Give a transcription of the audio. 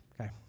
Okay